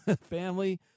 Family